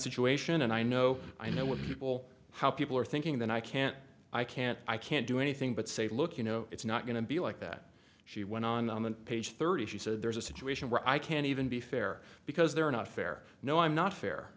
situation and i know i know what people how people are thinking that i can't i can't i can't do anything but say look you know it's not going to be like that she went on the moment page thirty she said there's a situation where i can't even be fair because they're not fair no i'm not fair